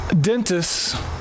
Dentists